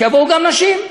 שיבואו גם נשים,